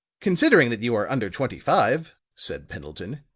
considering that you are under twenty-five, said pendleton,